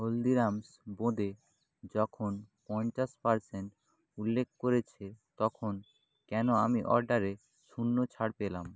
হলদিরামস বোঁদে যখন পঞ্চাশ পারসেন্ট উল্লেখ করেছে তখন কেন আমি অর্ডারে শূন্য ছাড় পেলাম